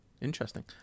Interesting